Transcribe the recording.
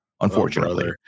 unfortunately